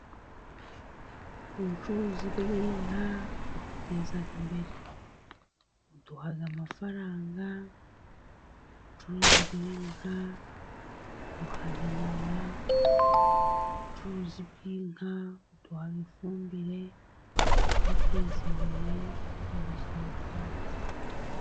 Ubucuruzi bw'inka buduteza imbere buduha amafaranga. Ubucuruzi bw'inka buduhaha inyama, ubucuruzi bw'inka buduha ifumbire tukiteza imbere mu buzima bwacu.